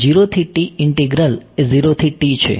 integral એ 0 થી t છે